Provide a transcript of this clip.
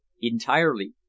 Entirely